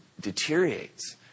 deteriorates